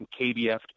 KBF